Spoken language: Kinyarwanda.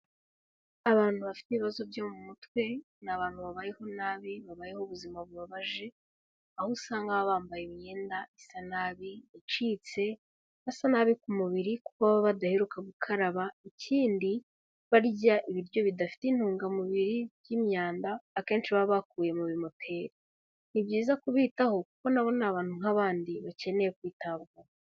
Abantu bafite ibibazo byo mu mutwe, ni abantu babayeho nabi, babayeho ubuzima bubabaje, aho usanga baba bambaye imyenda isa nabi, icitse, basa nabi ku mubiri kuko baba badaheruka gukaraba, ikindi barya ibiryo bidafite intungamubiri by'imyanda, akenshi baba bakuye mu bimoteri, ni byiza kubitaho kuko nabo ni abantu nk'abandi bakeneye kwitabwaho.